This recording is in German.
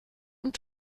und